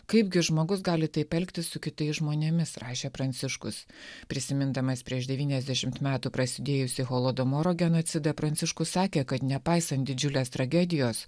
kaipgi žmogus gali taip elgtis su kitais žmonėmis rašė pranciškus prisimindamas prieš devyniasdešimt metų prasidėjusį holodomoro genocidą pranciškus sakė kad nepaisant didžiulės tragedijos